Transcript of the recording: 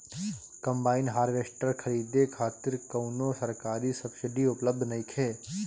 Combine harvester खरीदे खातिर कउनो सरकारी सब्सीडी उपलब्ध नइखे?